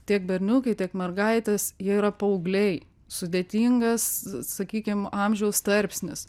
tiek berniukai tiek mergaitės jie yra paaugliai sudėtingas sakykim amžiaus tarpsnis